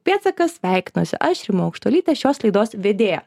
pėdsakas sveikinuosi aš rima aukštuolytė šios laidos vedėja